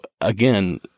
again